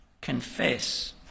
Confess